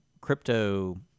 crypto